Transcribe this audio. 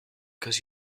cause